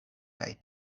kaj